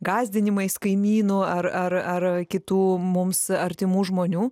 gąsdinimais kaimynų ar ar ar kitų mums artimų žmonių